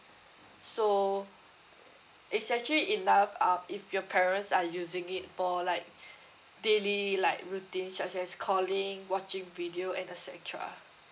so it's actually enough um if your parents are using it for like daily like routine such as calling watching video and et cetera